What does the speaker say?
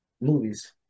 Movies